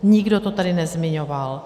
Nikdo to tady nezmiňoval.